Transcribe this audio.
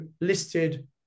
listed